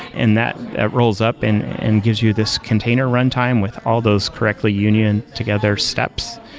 and that that rolls up and and gives you this container runtime with all those correctly union together steps.